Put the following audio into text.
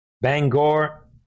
Bangor